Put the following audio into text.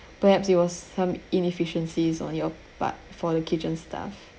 perhaps it was some inefficiencies on your part for the kitchen staff